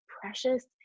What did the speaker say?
precious